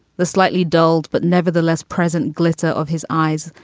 the slightly dulled but nevertheless present glitter of his eyes.